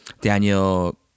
Daniel